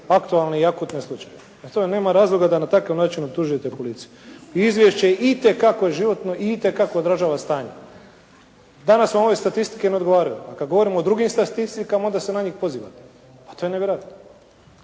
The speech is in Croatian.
aktualne i akutne slučajeve. To nema razloga da na takav način optužujete policiju. I izvješće itekako životno i itekako odražava stanje. Danas vam ove statistike ne odgovaraju, a kad govorimo o drugim statistikama, onda se na njih pozivate. Pa to je nevjerojatno.